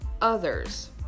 others